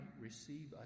receive